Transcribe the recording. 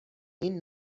این